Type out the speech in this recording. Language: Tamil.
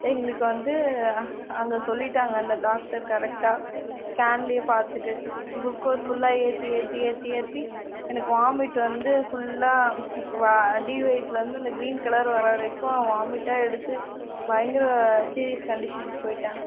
எங்ளுக்கு வந்து அங்கே சொல்லிவிட்டாங்க அந்த டாக்டர் கரெக்டாக ஸ்கேன்லேயே பார்த்துட்டு குளுகோஸ் ஃபுல்லாக ஏற்றி ஏற்றி ஏற்றி ஏற்றி எனக்கு வாமிட் வந்து ஃபுல்லாக அடிவயிற்றுலேந்து அந்த கிரீன் கலர் வரவரைக்கும் வாமிட்டாக எடுத்து பயங்கர சீரியஸ் கண்டிஷனுக்கு போய்ட்டேன்